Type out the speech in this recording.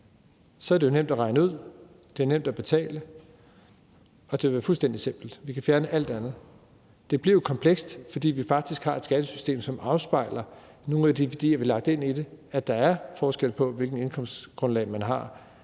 Så er det jo nemt at regne ud, det er nemt at betale, og det vil være fuldstændig simpelt. Vi kan fjerne alt det andet. Det bliver jo komplekst, fordi vi faktisk har et skattesystem, som afspejler nogle af de værdier, vi har lagt ind i det, nemlig at der er forskel på, hvilket indkomstgrundlag man har,